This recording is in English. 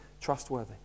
trustworthy